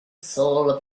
soul